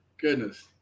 Goodness